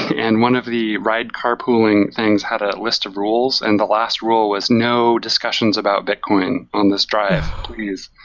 and one of the ride carpooling things had a list of rules, and the last rule was, no discussions about bitcoin on this drive please.